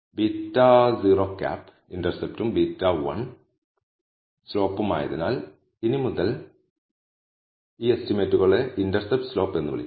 β̂₀ ഇന്റർസെപ്റ്റും β̂1 സ്ലോപ്പും ആയതിനാൽ ഇനി മുതൽ ഈ എസ്റ്റിമേറ്റുകളെ ഇന്റർസെപ്റ്റ് സ്ലോപ്പ് എന്ന് വിളിക്കും